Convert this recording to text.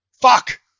fuck